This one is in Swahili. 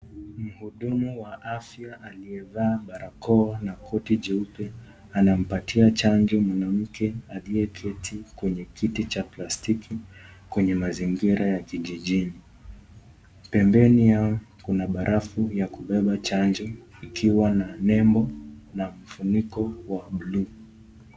Mhudumu wa afya aliyevaa barakoa na koti jeupe anampatia chanjo mwanamke aliyeketi kwenye kiti cha plastiki kwenye mazingira ya kijijini. Pembeni yao kuna barafu ya kubeba chanjo ikiwa na nembo na kifuniko ya bluu.